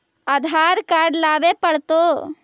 आधार card लाबे पड़तै?